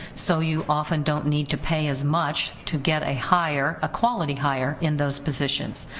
so you often don't need to pay as much to get a higher ah quality, higher in those positions.